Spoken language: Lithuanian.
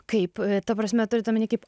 kaip ta prasme turint omeny kaip